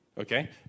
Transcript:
okay